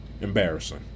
embarrassing